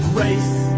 race